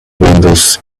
windows